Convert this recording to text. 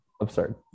Absurd